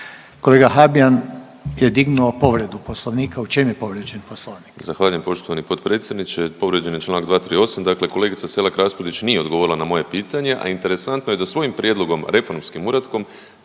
Kolega Habijan je dignuo povredu poslovnika, u čem je povrijeđen poslovnik?